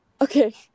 Okay